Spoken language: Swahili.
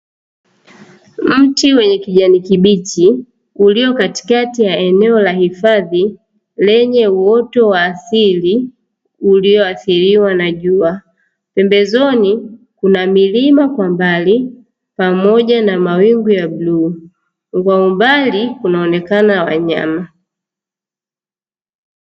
Mti wenye kibichi ulio katikati ya eneo la hifadhi, lenye uoto wa asili ulioathiriwa na jua. Pembezoni kuna milima kwa mbali pamoja na mawingu ya bluu, kwa umbali kunaonekana wanyama.